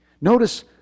Notice